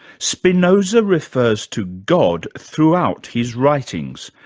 spinoza refers to god throughout his writings.